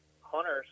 hunters